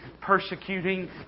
persecuting